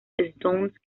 stones